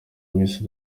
miss